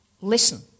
listen